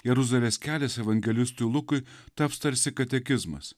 jeruzalės kelias evangelistui lukui taps tarsi katekizmas